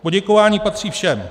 Poděkování patří všem.